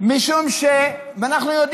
איזה פליטים?